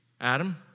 Adam